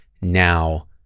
now